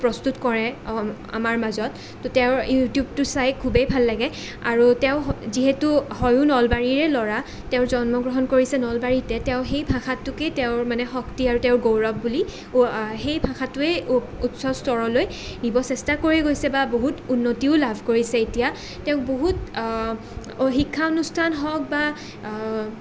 প্ৰস্তুত কৰে আমাৰ মাজত তেওঁৰ ইউটিউবটো চাই খুবেই ভাল লাগে আৰু তেওঁ যিহেতু হয়ো নলবাৰীৰে ল'ৰা তেওঁ জন্মগ্ৰহণ কৰিছে নলবাৰীতে তেওঁ সেই ভাষাটোকে তেওঁৰ মানে শক্তি আৰু তেওঁৰ গৌৰৱ বুলি সেই ভাষাটোৱেই উচ্চ স্তৰলৈ নিব চেষ্টা কৰি গৈছে বা বহুত উন্নতিও লাভ কৰিছে এতিয়া তেওঁক বহুত শিক্ষানুষ্ঠান হওঁক বা